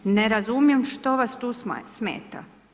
Ne razumijem što vas tu smeta?